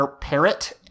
Parrot